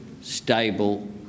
stable